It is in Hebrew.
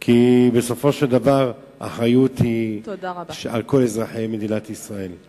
כי בסופו של דבר האחריות היא על כל אזרחי מדינת ישראל.